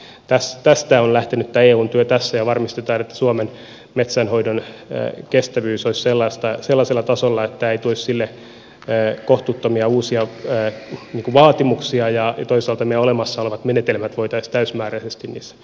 tästä on lähtenyt tämä eun työ tässä ja varmistetaan että suomen metsänhoidon kestävyys olisi sellaisella tasolla että ei tulisi sille kohtuuttomia uusia vaatimuksia ja toisaalta ne olemassa olevat menetelmät voitaisiin täysimääräisesti niissä kriteereissä hyödyntää